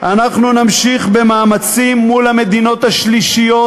אנחנו נמשיך במאמצים מול המדינות השלישיות.